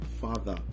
father